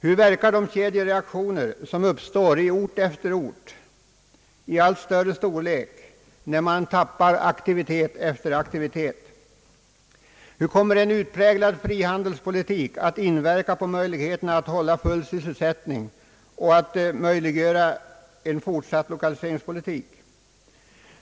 Hur verkar de kedjereaktioner, som uppstår i ort efter ort i allt större storlek när man tappar aktivitet efter aktivitet? Hur kommer en utpräglad frihandelspolitik att inverka på möjligheten att upprätthålla full sysselsättning och möjligheten att driva en fortsatt lokaliseringspolitik?